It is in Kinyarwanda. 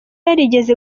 yarigeze